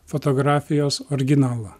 fotografijos originalą